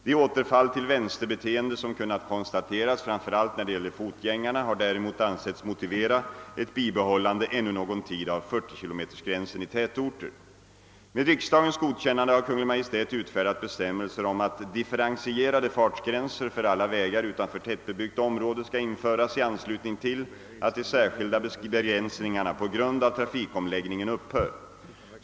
De återfall till vänsterbeteende som kunnat konstateras, framför allt när det gäller fotgäng arna, har däremot ansetts motivera ett bibehållande ännu någon tid av 40 kilometersgränsen i tätorter. Med riksdagens godkännande har Kungl. Maj:t utfärdat bestämmelser om att differentierade fartgränser för alla vägar utanför tättbebyggt område skall införas i anslutning till de särskilda begränsningarna på grund av trafikomläggningen upphör.